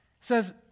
says